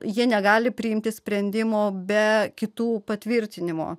jie negali priimti sprendimo be kitų patvirtinimo